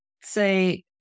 say